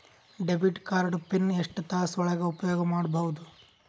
Debit card PIN ಎಷ್ಟ ತಾಸ ಒಳಗ ಉಪಯೋಗ ಮಾಡ್ಬಹುದು?